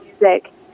music